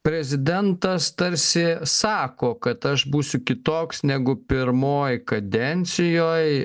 prezidentas tarsi sako kad aš būsiu kitoks negu pirmoj kadencijoj